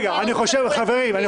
חברים,